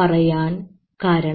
പറയാൻ കാരണം